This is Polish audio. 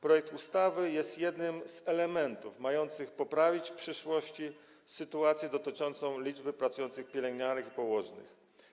Projekt ustawy jest jednym z elementów mających poprawić w przyszłości sytuację dotyczącą liczby pracujących pielęgniarek i położnych.